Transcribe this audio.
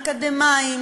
אקדמאים,